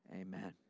Amen